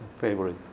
Favorite